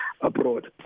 abroad